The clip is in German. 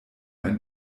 ein